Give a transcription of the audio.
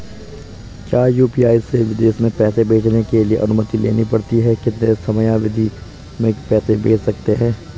क्या यु.पी.आई से विदेश में पैसे भेजने के लिए अनुमति लेनी पड़ती है कितने समयावधि में पैसे भेज सकते हैं?